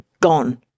gone